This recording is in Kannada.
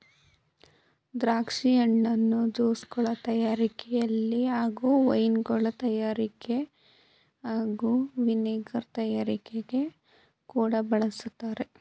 ದ್ರಾಕ್ಷಿ ಹಣ್ಣನ್ನು ಜ್ಯೂಸ್ಗಳ ತಯಾರಿಕೆಲಿ ಹಾಗೂ ವೈನ್ಗಳ ತಯಾರಿಕೆ ಹಾಗೂ ವಿನೆಗರ್ ತಯಾರಿಕೆಲಿ ಕೂಡ ಬಳಸ್ತಾರೆ